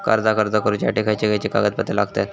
कर्जाक अर्ज करुच्यासाठी खयचे खयचे कागदपत्र लागतत